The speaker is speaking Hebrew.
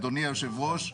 אדוני היושב-ראש,